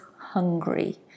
hungry